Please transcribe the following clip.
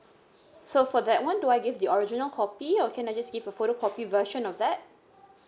so for that [one] do I give the original copy or can I just give a photocopy version of that